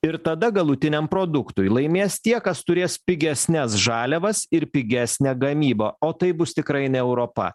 ir tada galutiniam produktui laimės tie kas turės pigesnes žaliavas ir pigesnę gamybą o tai bus tikrai ne europa